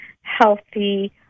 healthy